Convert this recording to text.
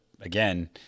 again